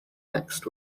next